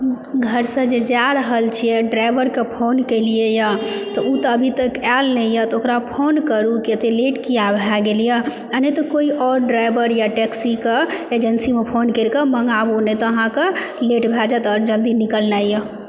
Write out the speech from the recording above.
घरसँ जे जाइ रहल छियै ड्राइवरके फोन केलियै यऽ तऽ ओ तऽ अभी तक ऐल नहि यऽ तऽ ओकरा फोन करू की ऐते लेट किये भए गेल यऽ आ नहि तऽ कोइ आओर ड्राइवर या टेक्सी कऽ एजेन्सीमे फोन करिक मंगाबू नहि तऽ अहाँक लेट भए जायत आओर जल्दी निकलनाइ यऽ